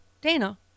dana